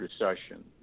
recession